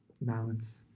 balance